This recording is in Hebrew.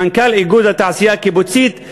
מנכ"ל איגוד התעשייה הקיבוצית,